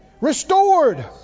Restored